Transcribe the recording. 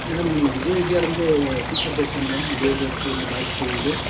madam இங்கே விஜய் வித்யாவிலேருந்து teacher பேசுகிறேன் மேடம் விஜய் வித்யாலயா ஸ்கூலேருந்து பாய்ஸ் ஸ்கூலேருந்து